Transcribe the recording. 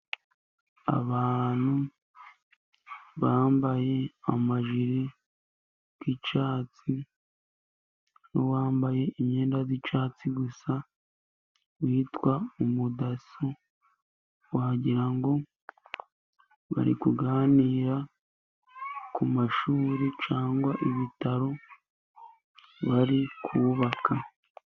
Abantu bambaye amajire y'icyatsi, n'uwambaye imyenda y'icyatsi gusa witwa umudaso, wagira ngo bari kuganira ku mashuri cyangwa ibitaro, bari kubabaka.